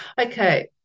Okay